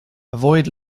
avoid